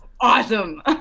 awesome